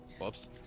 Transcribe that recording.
Whoops